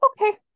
okay